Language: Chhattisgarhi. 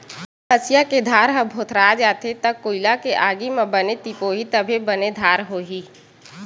हँसिया के धार ह भोथरा जाथे त कोइला के आगी म बने तिपोही तभे बने धार होही